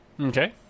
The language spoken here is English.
Okay